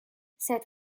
said